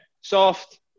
soft